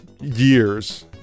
years